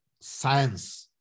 science